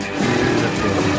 beautiful